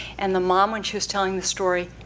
and the mom when she was telling the story,